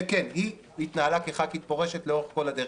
שכן, שהיא התנהלה כח"כית פורשת לאורך כל הדרך.